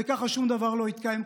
וככה שום דבר לא מתקיים,